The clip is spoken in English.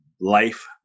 life